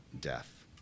death